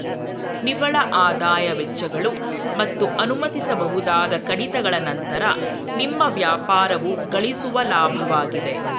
ನಿವ್ವಳಆದಾಯ ವೆಚ್ಚಗಳು ಮತ್ತು ಅನುಮತಿಸಬಹುದಾದ ಕಡಿತಗಳ ನಂತ್ರ ನಿಮ್ಮ ವ್ಯಾಪಾರವು ಗಳಿಸುವ ಲಾಭವಾಗಿದೆ